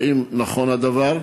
1. האם נכון הדבר?